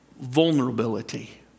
vulnerability